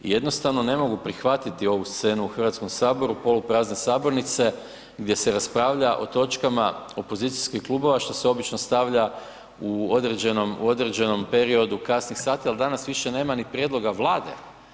Jednostavno ne mogu prihvatiti ovu scenu u Hrvatskom saboru, poluprazne sabornice gdje se raspravlja o točkama opozicijskih klubova što se obično stavlja u određenom, u određenom periodu kasnih sati, ali danas više nema ni prijedloga Vlade.